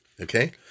okay